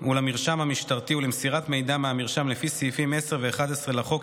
מול המרשם המשטרתי ולמסירת מידע מהמרשם לפי סעיפים 10 ו-11 לחוק,